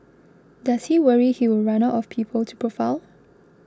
does he worry he will run out of people to profile